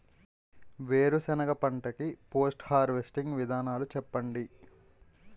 వేరుసెనగ పంట కి పోస్ట్ హార్వెస్టింగ్ విధానాలు చెప్పండీ?